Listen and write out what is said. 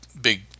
big